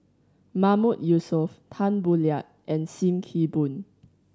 Mahmood Yusof Tan Boo Liat and Sim Kee Boon